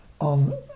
on